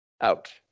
out